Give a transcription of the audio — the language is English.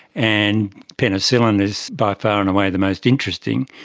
and penicillin is by far and away the most interesting,